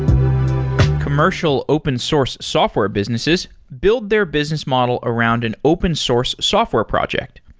commercial open source software businesses build their business model around an open source software project.